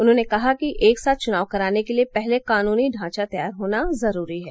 उन्होंने कहा कि एक साथ चुनाव कराने के लिए पहले कानूनी ढांचा तैयार होना जरूरी है